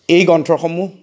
এই গ্ৰন্থসমূহ